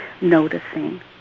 noticing